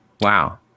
Wow